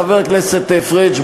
חבר הכנסת פריג',